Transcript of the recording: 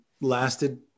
lasted